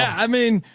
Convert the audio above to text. i mean,